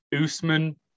Usman